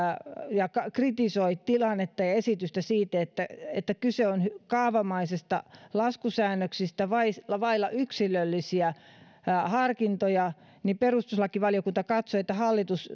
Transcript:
kritisoi tilannetta ja esitystä siitä että että kyse on kaavamaisista laskusäännöksistä vailla vailla yksilöllisiä harkintoja niin perustuslakivaliokunta katsoi että hallitus